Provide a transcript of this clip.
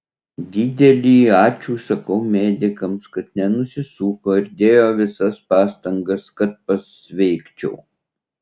didelį ačiū sakau medikams kad nenusisuko ir dėjo visas pastangas kad pasveikčiau